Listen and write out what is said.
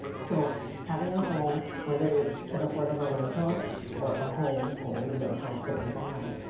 so having a home. whether it's and affordable rental or a home, home, you know a house that you buy,